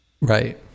right